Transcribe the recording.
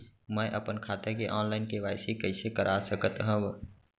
मैं अपन खाता के ऑनलाइन के.वाई.सी कइसे करा सकत हव?